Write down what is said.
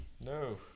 No